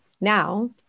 now